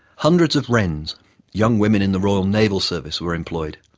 hundreds of wrens young women in the royal naval service were employed,